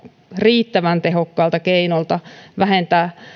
riittävän tehokkaalta keinolta vähentää